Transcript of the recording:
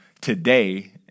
today